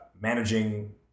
managing